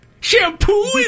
Shampoo